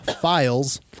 files